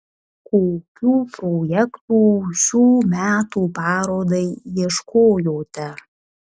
kokių projektų šių metų parodai ieškojote